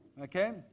Okay